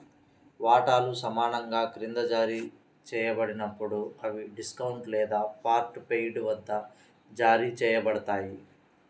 వాటాలు సమానంగా క్రింద జారీ చేయబడినప్పుడు, అవి డిస్కౌంట్ లేదా పార్ట్ పెయిడ్ వద్ద జారీ చేయబడతాయి